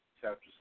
chapter